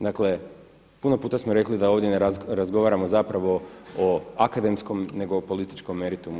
Dakle, puno puta smo rekli da ovdje ne razgovaramo zapravo o akademskom, nego o političkom meritumu.